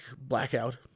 blackout